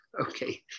okay